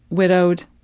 widowed,